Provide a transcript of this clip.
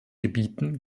gebieten